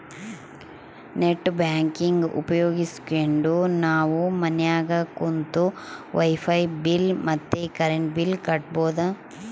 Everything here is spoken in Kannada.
ನೆಟ್ ಬ್ಯಾಂಕಿಂಗ್ ಉಪಯೋಗಿಸ್ಕೆಂಡು ನಾವು ಮನ್ಯಾಗ ಕುಂತು ವೈಫೈ ಬಿಲ್ ಮತ್ತೆ ಕರೆಂಟ್ ಬಿಲ್ ಕಟ್ಬೋದು